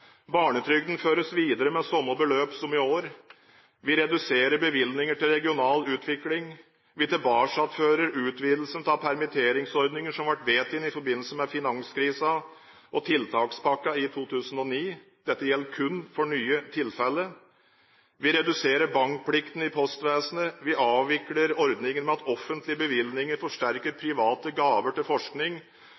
Barnetrygden føres videre med samme beløp som i år. Vi reduserer bevilgninger til regional utvikling. Vi tilbakefører utvidelsene av permitteringsordningene som ble vedtatt i forbindelse med finanskrisen og tiltakspakken i 2009. Dette gjelder kun for nye tilfeller. Vi reduserer bankplikten i postvesenet, og vi avvikler ordningen med at offentlige bevilgninger forsterker